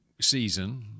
season